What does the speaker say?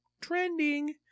trending